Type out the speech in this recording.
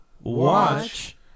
watch